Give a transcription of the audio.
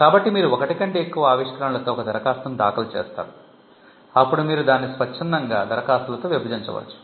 కాబట్టి మీరు ఒకటి కంటే ఎక్కువ ఆవిష్కరణలతో ఒక దరఖాస్తును దాఖలు చేస్తారు అప్పుడు మీరు దానిని స్వచ్ఛందంగా దరఖాస్తులతో విభజించవచ్చు